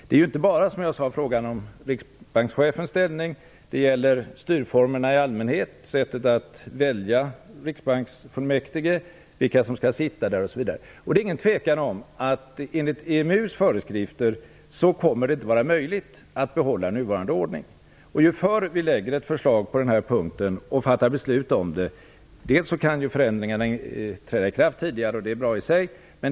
Det är, som jag sagt, inte bara fråga om riksbankschefens ställning utan också om styrformerna i allmänhet - sättet att välja riksbanksfullmäktige, vilka som skall sitta med där osv. Det råder ingen tvekan om att det enligt EMU:s föreskrifter inte kommer att vara möjligt att behålla nuvarande ordning. Ju tidigare vi lägger fram ett förslag på den punkten och fattar beslut om det, desto tidigare kan ju förändringarna träda i kraft, och det är bra i sig.